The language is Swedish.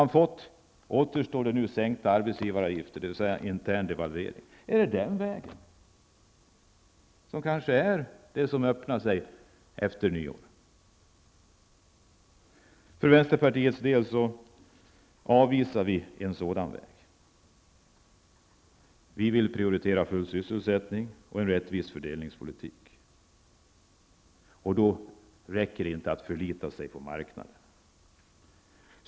Nu återstår sänkta arbetsgivaravgifter, dvs. interndevalvering. Är det den vägen som öppnar sig efter nyår? För vänsterpartiets del avvisar vi en sådan väg. Vi vill prioritera full sysselsättning och en rättvis fördelningspolitik. Då räcker det inte med att förlita sig på marknaden.